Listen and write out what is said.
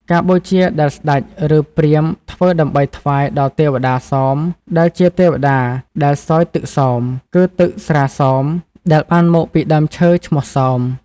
ការបូជាដែលស្ដេច ឬព្រាហ្មណ៍ធ្វើដើម្បីថ្វាយដល់ទេវតាសោម ដែលជាទេវតាដែលសោយទឹកសោម គឺទឹកស្រាសោមដែលបានមកពីដើមឈើឈ្មោះសោម។